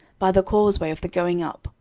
by the causeway of the going up,